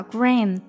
Green